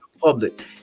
public